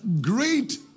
great